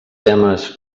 temes